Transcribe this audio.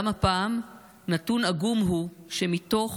גם הפעם, נתון עגום הוא שמתוך